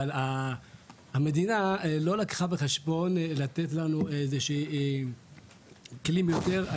אבל המדינה לא לקחה בחשבון לתת לנו איזשהם כלים יותר.